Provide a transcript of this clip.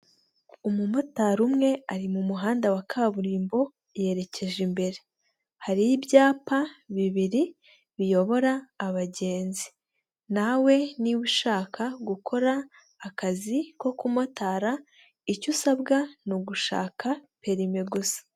Umumotari umwe ari mu muhanda wa kaburimbo yerekeje imbere. Hari ibyapa bibiri biyobora abagenzi. Nawe niba ushaka gukora akazi ko kumotara, icyo usabwa ni ugushaka perime gusa.